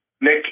Nick